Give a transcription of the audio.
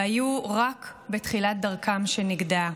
והיו רק בתחילת דרכם כשנגדעה.